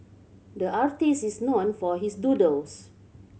the artist is known for his doodles